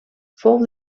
fou